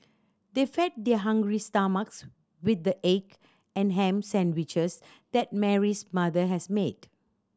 they fed their hungry stomachs with the egg and ham sandwiches that Mary's mother has made